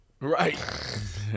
Right